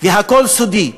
והכול סודי,